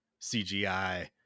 CGI